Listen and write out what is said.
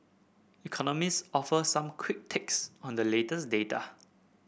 economists offer some quick takes on the latest data